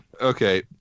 Okay